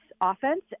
offense